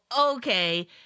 okay